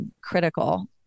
critical